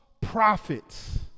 prophets